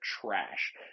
trash